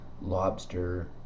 lobster